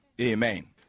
Amen